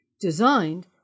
designed